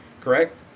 correct